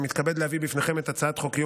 אני מתכבד להביא בפניכם את הצעת חוק קיום